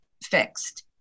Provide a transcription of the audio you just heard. fixed